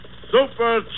Super